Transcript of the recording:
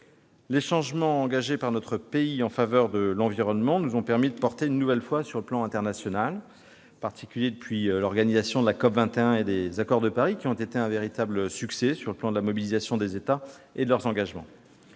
Les changements engagés par la France en faveur de l'environnement nous ont permis de faire entendre une nouvelle voix sur le plan international. L'organisation de la COP21 et les accords de Paris ont été un véritable succès sur le plan de la mobilisation des États et de leurs engagements.